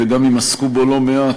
וגם אם עסקו בו לא מעט,